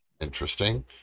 Interesting